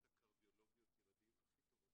מקרדיולוגיות הילדים הכי טובות שיש בארץ.